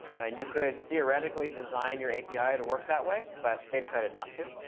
and you could theoretically design your api to work that way, but they decided not to.